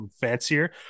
fancier